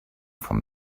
from